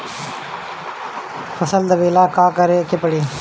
फसल दावेला का करे के परी?